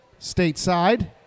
Stateside